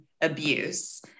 abuse